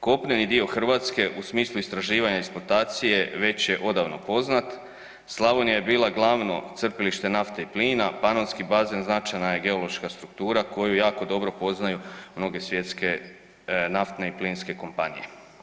Kopneni dio Hrvatske u smislu istraživanja i eksploatacije već je odavno poznat, Slavonija je bila glavno crpilište nafte i plina, Panonski bazen značajna je geološka struktura koju jako dobro poznaju mnoge svjetske naftne i plinske kompanije.